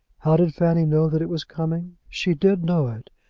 how did fanny know that it was coming? she did know it,